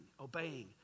obeying